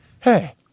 Hey